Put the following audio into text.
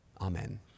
Amen